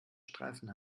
streifen